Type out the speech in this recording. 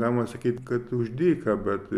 galima sakyt kad už dyką bet